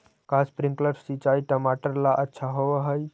का स्प्रिंकलर सिंचाई टमाटर ला अच्छा होव हई?